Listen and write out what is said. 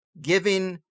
giving